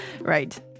Right